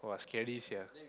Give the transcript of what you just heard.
!wah! scary sia